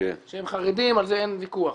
שהם חרדים, על זה אין ויכוח.